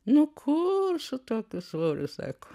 nu kur su tokiu svoriu sako